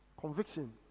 Conviction